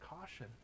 caution